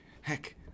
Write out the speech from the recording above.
heck